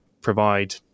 provide